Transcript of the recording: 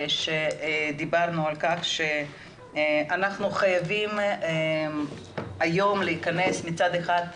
ודיברנו על כך שאנחנו חייבים היום להכנס מצד אחד,